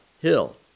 hill